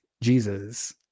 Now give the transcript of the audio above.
Jesus